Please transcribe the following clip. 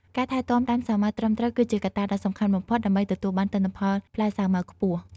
ការថែទាំដើមសាវម៉ាវត្រឹមត្រូវគឺជាកត្តាដ៏សំខាន់បំផុតដើម្បីទទួលបានទិន្នផលផ្លែសាវម៉ាវខ្ពស់។